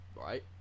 right